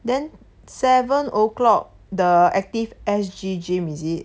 then seven O'clock the Active S_G gym is it